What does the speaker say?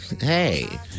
Hey